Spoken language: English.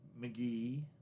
McGee